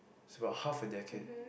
it's about half a decade